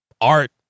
art